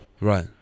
Right